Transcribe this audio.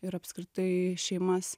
ir apskritai šeimas